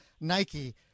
Nike